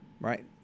right